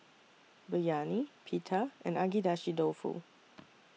Biryani Pita and Agedashi Dofu